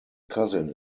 cousin